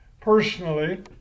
personally